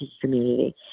community